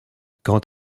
kant